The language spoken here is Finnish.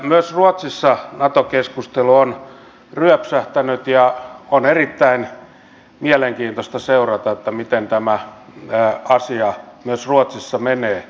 myös ruotsissa nato keskustelu on ryöpsähtänyt ja on erittäin mielenkiintoista seurata myös miten tämä asia ruotsissa menee